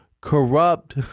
corrupt